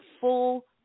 full